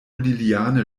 liliane